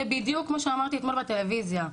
זה בדיוק מה שאמרתי אתמול בטלוויזיה.